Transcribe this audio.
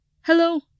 Hello